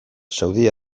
saudi